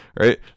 right